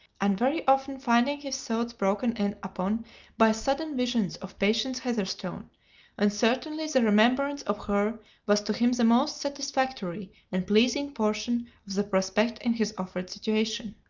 and very often finding his thoughts broken in upon by sudden visions of patience heatherstone and certainly the remembrance of her was to him the most satisfactory and pleasing portion of the prospect in his offered situation.